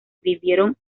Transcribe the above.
vivieron